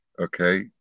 Okay